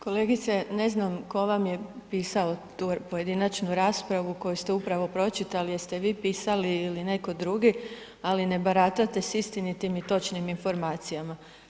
Kolegice ne znam tko vam je pisao tu pojedinačnu raspravu koju ste upravo pročitali, jeste vi pisali ili neko drugi, ali ne baratate sa istinitim i točnim informacijama.